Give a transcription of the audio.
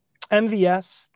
MVS